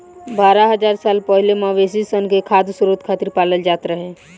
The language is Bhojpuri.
बारह हज़ार साल पहिले मवेशी सन के खाद्य स्रोत खातिर पालल जात रहे